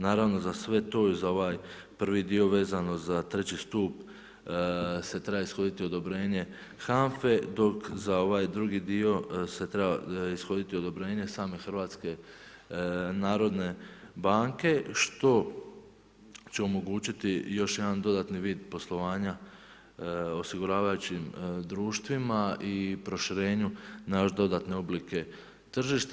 Naravno za sve to i za ovaj prvi dio vezano za treći stup se treba ishoditi odobrenje HANFE dok za ovaj drugi dio se treba ishoditi odobrenje same Hrvatske narodne banke što će omogućiti još jedan dodatni vid poslovanja osiguravajućim društvima i proširenju na još dodatne oblike tržišta.